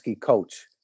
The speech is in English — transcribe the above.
coach